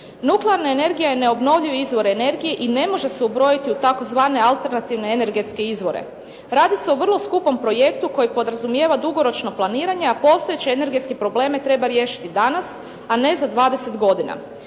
Nuklearna energija je neobnovljivi izvor energije i ne može se ubrojiti u tzv. alternativne energetske izvore. Radi se o vrlo skupom projektu koji podrazumijeva dugoročno planiranje, a postojeće energetske probleme treba riješiti danas, a ne za 20 godina.